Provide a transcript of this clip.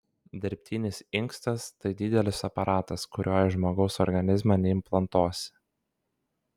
dirbtinis inkstas tai didelis aparatas kurio į žmogaus organizmą neimplantuosi